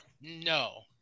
no